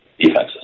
defenses